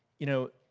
you know,